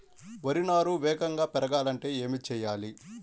వరి నారు వేగంగా పెరగాలంటే ఏమి చెయ్యాలి?